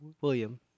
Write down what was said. William